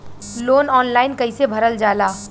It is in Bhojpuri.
लोन ऑनलाइन कइसे भरल जाला?